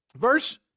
verse